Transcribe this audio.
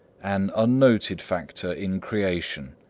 an unnoted factor in creation.